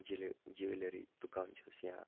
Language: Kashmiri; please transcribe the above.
جیلہ جیولٔری دُکان چھُس یا